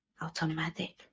automatic